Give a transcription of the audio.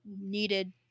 needed